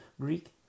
Greek